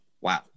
Wow